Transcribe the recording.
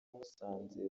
musanze